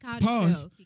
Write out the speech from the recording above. pause